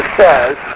says